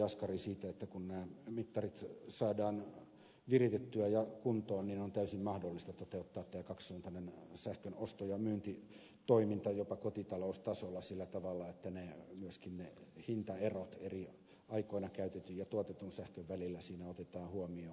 jaskari siitä että kun nämä mittarit saadaan viritettyä ja kuntoon niin on täysin mahdollista toteuttaa tämä kaksisuuntainen sähkön osto ja myyntitoiminta jopa kotitaloustasolla sillä tavalla että myöskin ne hintaerot eri aikoina käytetyn ja tuotetun sähkön välillä siinä otetaan huomioon